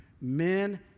Men